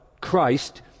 Christ